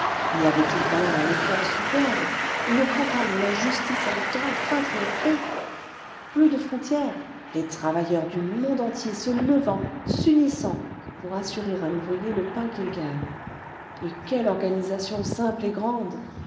avait-il pas là un effort superbe une campagne où la justice allait enfin triompher plus de frontières les travailleurs du monde entier se levant s'unissant pour assurer à l'ouvrier le pain qu'il gagne et quelle organisation simple et grande